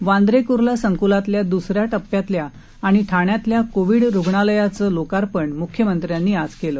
वांद्रे कुर्ला संकूलातल्या दुसऱ्या टप्प्यातल्या आणि ठाण्यातल्या कोविड रुग्णालयांचं लोकार्पण मुख्यमंत्र्यांनी आज केलं